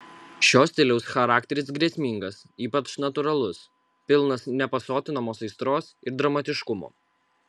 šio stiliaus charakteris grėsmingas ypač natūralus pilnas nepasotinamos aistros ir dramatiškumo